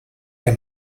and